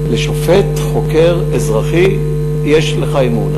בשופט-חוקר אזרחי יש לך אמון.